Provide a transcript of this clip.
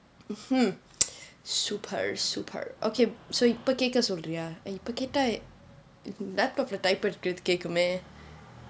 mmhmm super super okay so he இப்போ கேட்க சொல்றியா இப்ப கேட்டா:ippo kaetka solriyaa ippa kaetaa laptop இல்லே:illae type பண்றது கேட்குமே:pandrathu kaetkume